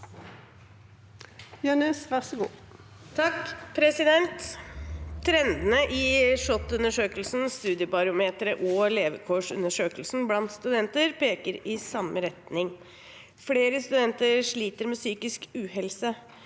(H) «Trendene i SHoT-undersøkelsen, Studiebarometeret og levekårsundersøkelsen blant studenter peker i samme retning: Flere studenter sliter med psykisk uhelse.